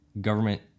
government